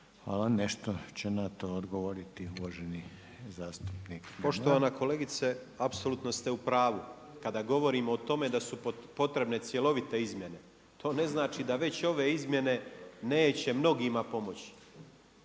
Hvala. Nešto će na to odgovoriti uvaženi zastupnik Grmoja. **Grmoja, Nikola (MOST)** Poštovana kolegice, apsolutno ste u pravu kada govorimo o tome da su potrebne cjelovite izmjene. To ne znači da već ove izmjene neće mnogima pomoći.